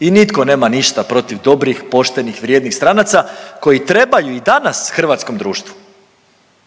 i nitko nema ništa protiv dobrih, poštenih, vrijednih stranaca koji trebaju i danas hrvatskom društvu.